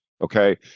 Okay